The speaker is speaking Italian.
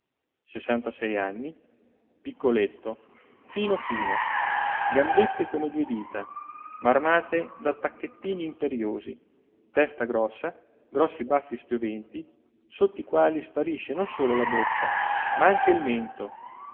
sessantasei anni piccoletto fino fino gambette come due dita ma armate da tacchettini imperiosi testa grossa grossi baffi spioventi sotto i quali sparisce non solo la bocca ma anche il mento